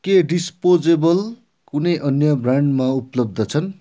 के डिस्पोजेबल कुनै अन्य ब्रान्डमा उपलब्ध छन्